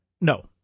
No